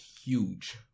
huge